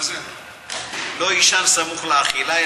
ולא יישן סמוך לאכילה,